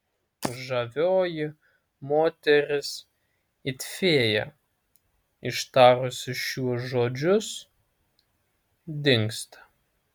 žavioji moteris it fėja ištarusi šiuos žodžius dingsta